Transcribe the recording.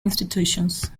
institutions